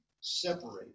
Separated